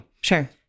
Sure